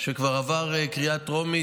שכבר עבר קריאה טרומית.